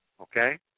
Okay